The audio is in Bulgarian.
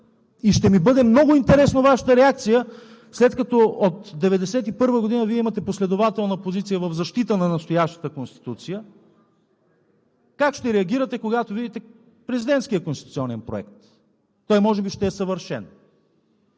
и ще ми бъде много интересна Вашата реакция, след като от 1991 г. Вие имате последователна позиция в защита на настоящата Конституция, как ще реагирате, когато видите президентския конституционен проект? Той може би ще е съвършен?!